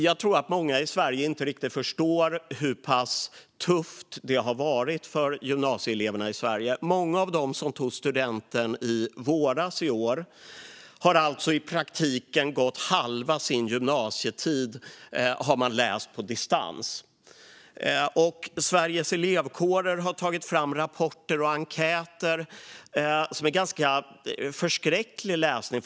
Jag tror att många i Sverige inte riktigt förstår hur pass tufft det har varit för gymnasieeleverna i Sverige. Många av dem som tog studenten i våras har alltså i praktiken läst på distans halva sin gymnasietid. Sveriges Elevkårer har tagit fram rapporter och enkäter som faktiskt är ganska förskräcklig läsning.